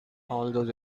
although